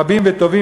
רבים וטובים,